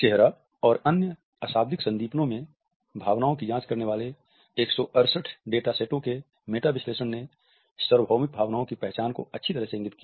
चेहरा और अन्य अशाब्दिक संदीपनो में भावनाओं की जांच करने वाले 168 डेटा सेटों के मेटा विश्लेषण ने सार्वभौमिक भावनाओं की पहचान को अच्छी तरह से इंगित किया